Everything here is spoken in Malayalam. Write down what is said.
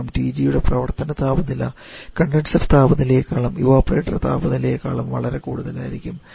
കാരണം TG യുടെ പ്രവർത്തന താപനില കണ്ടൻസർ താപനിലയെക്കാളും ഇവപൊറേറ്റർ താപനിലയെക്കാളും വളരെ കൂടുതലായിരിക്കും